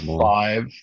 five